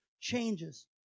changes